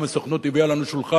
והסוכנות גם הביאה לנו שולחן